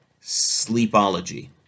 Sleepology